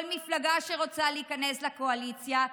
כל מפלגה שרוצה להיכנס לקואליציה,